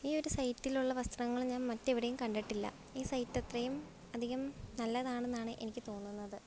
ഈ ഒരു സൈറ്റിലുള്ള വസ്ത്രങ്ങൾ ഞാൻ മറ്റെവിടെയും കണ്ടിട്ടില്ല ഈ സൈറ്റത്രയും അധികം നല്ലതാണെന്നാണ് എനിക്ക് തോന്നുന്നത്